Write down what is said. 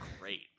great